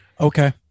Okay